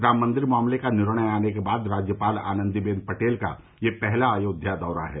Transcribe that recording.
राम मंदिर मामले का निर्णय आने के बाद राज्यपाल आनन्दीबेन पटेल का यह पहला अयोध्या दौरा है